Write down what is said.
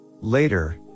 later